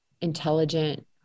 intelligent